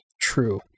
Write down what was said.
true